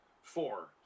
Four